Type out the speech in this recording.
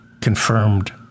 Confirmed